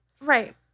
Right